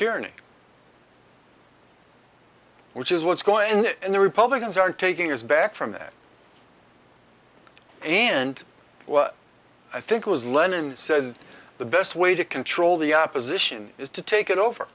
tyranny which is what's going on and the republicans aren't taking us back from that and what i think was lennon said the best way to control the opposition is to take it over